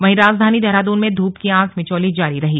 वहीं राजधानी देहरादून में धूप की आंख मिचौली जारी रही